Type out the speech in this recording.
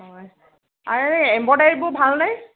হয় আৰু এই এম্ব্ৰইদাৰীবোৰ ভাল নে